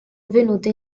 avvenuto